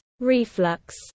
reflux